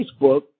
Facebook